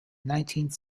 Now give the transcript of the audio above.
nineteenth